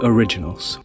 Originals